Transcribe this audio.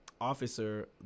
officer